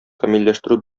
камилләштерү